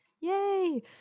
Yay